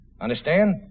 Understand